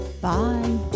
Bye